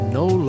no